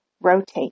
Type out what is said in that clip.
rotate